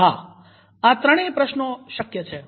હા આ ત્રણેય પ્રશ્નો શક્ય છે